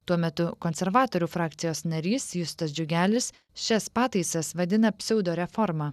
tuo metu konservatorių frakcijos narys justas džiugelis šias pataisas vadina pseudo reforma